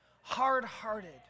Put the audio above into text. hard-hearted